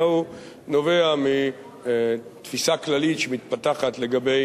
אלא הוא נובע מתפיסה כללית שמתפתחת לגבי